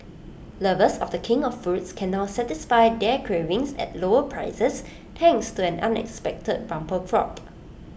lovers of the king of fruits can now satisfy their cravings at lower prices thanks to an unexpected bumper crop